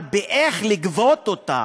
אבל איך לגבות אותה?